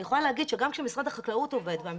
אני יכולה להגיד שגם כשמשרד החקלאות עובד --- אין